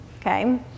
okay